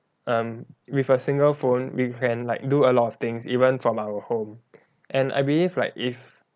um with a single phone we can like do a lot of things even from our home and I believe like if